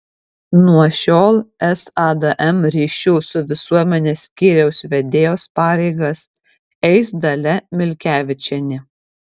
nuo šiol sadm ryšių su visuomene skyriaus vedėjos pareigas eis dalia milkevičienė